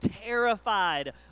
terrified